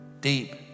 deep